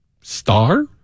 star